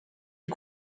est